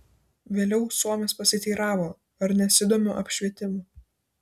vėliau suomis pasiteiravo ar nesidomiu apšvietimu